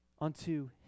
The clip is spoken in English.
unto